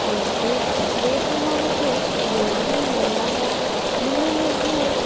అలాగే రేపు మనకు భోజనం ఎలాగా నిన్ను నువ్వు